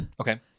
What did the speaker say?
Okay